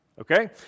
Okay